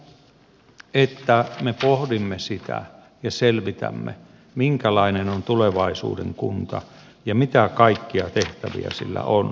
on tärkeää että me pohdimme sitä ja selvitämme minkälainen on tulevaisuuden kunta ja mitä kaikkia tehtäviä sillä on